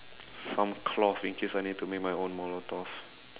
some cloth in case I need to make my own molotov